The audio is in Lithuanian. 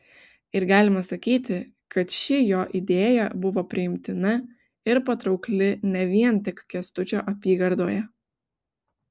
ir galima sakyti kad ši jo idėja buvo priimtina ir patraukli ne vien tik kęstučio apygardoje